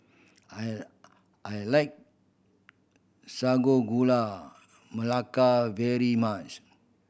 I I like Sago Gula Melaka very much